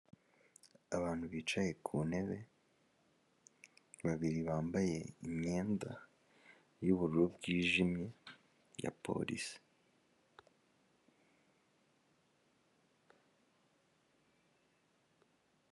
Abantu bicaye ku ntebe babiri bambaye imyenda yubururu bwijimye ya police.